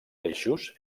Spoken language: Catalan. peixos